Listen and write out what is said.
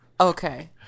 Okay